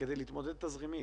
כדי להתמודד תזרימית.